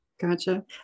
Gotcha